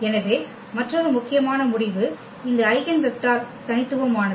எனவே மற்றொரு முக்கியமான முடிவு இந்த ஐகென் வெக்டர் தனித்துவமானது